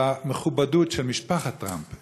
והמכובדות של משפחת טראמפ,